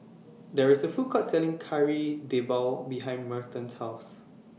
There IS A Food Court Selling Kari Debal behind Merton's House